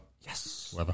Yes